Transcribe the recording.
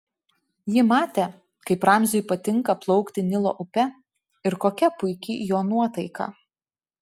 ji matė kaip ramziui patinka plaukti nilo upe ir kokia puiki jo nuotaika